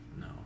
no